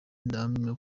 ndahamya